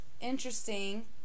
interesting